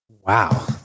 Wow